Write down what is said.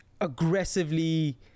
aggressively